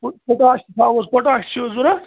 پۅ potash تہِ تھاوَو حظ پۅٹاش تہِ چھُو ضروٗرت